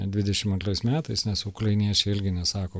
dvidešimt antrais metais nes ukrainiečiai irgi nesako